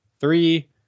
Three